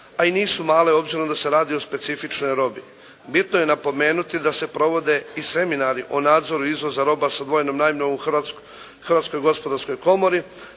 a i nisu male obzirom da se radi o specifičnoj robi. Bitno je napomenuti da se provode i seminari o nadzoru izvoza roba sa dvojnom namjenom u Hrvatskoj gospodarskoj komori